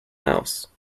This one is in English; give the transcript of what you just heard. mouse